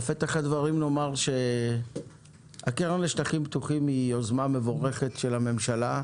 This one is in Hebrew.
בפתח הדברים נאמר שהקרן לשטחים פתוחים היא יוזמה מבורכת של הממשלה,